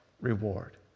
reward